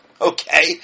Okay